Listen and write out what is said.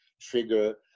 trigger